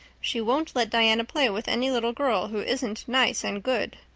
she won't let diana play with any little girl who isn't nice and good.